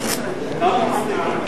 כמה הסתייגויות יש?